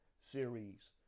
series